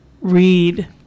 read